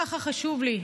ככה חשוב לי,